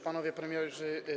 Panowie Premierzy!